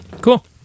Cool